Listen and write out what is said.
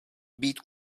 být